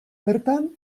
bertan